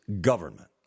government